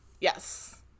yes